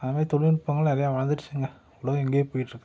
அது மாதிரி தொழில் நுட்பங்கள் நிறைய வளர்ந்துடுச்சுங்க உலகம் எங்கேயோ போயிட்டுருக்குது